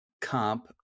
comp